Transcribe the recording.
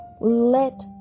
Let